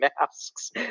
masks